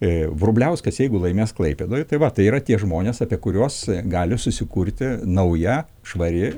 vrubliauskas jeigu laimės klaipėdoj tai va tai yra tie žmonės apie kuriuos gali susikurti nauja švari